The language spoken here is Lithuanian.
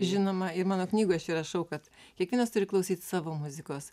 žinoma mano knygoj aš ir rašau kad kiekvienas turi klausyt savo muzikos